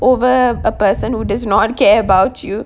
over a person who does not care about you